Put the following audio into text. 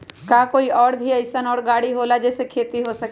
का कोई और भी अइसन और गाड़ी होला जे से खेती हो सके?